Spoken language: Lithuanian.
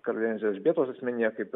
karalienės elžbietos asmenyje kaip ir